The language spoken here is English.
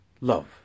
love